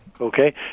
Okay